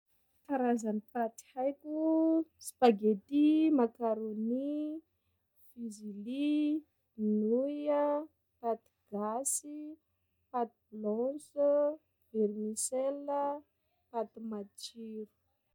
Karazany paty haiko: spaghetti, macaronni, fuzili, nouille, paty gasy, paty blanche, vernisselle, paty matsiro.